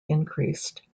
increased